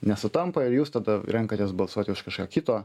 nesutampa ir jūs tada renkatės balsuoti už kažką kito